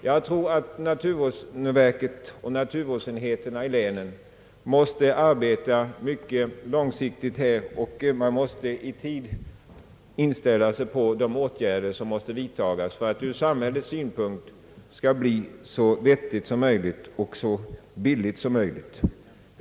Jag tror att naturvårdsverket och naturvårdsenheterna i länen måste arbeta mycket långsiktigt och att man i tid måste inställa sig på de åtgärder som måste vidtas för att det ur samhällets synpunkt skall bli så vettigt som möjligt och så billigt som möjligt.